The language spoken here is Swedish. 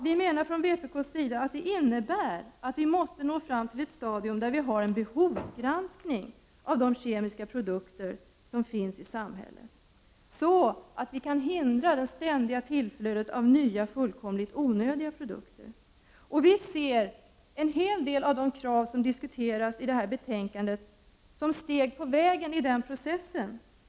Vi från vpk menar att det innebär att vi måste nå fram till ett stadium där vi har en behovsgranskning av de kemiska produkter som finns i samhället, så att vi kan hindra det ständiga tillflödet av nya fullkomligt onödiga produkter. Vi ser en hel del av de krav som ställs i detta betänkande som steg på vägen i denna process.